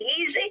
easy